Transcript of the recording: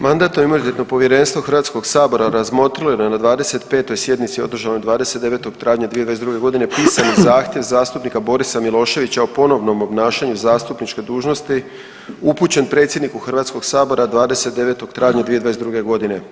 Mandatno-imunitetno povjerenstvo Hrvatskog sabora razmotrilo je na 25. sjednici održanoj 29. travnja 2022. godine pisani zahtjev zastupnika Borisa Miloševića o ponovnom obnašanju zastupničke dužnosti upućene predsjedniku Hrvatskog sabora 29. travnja 2022. godine.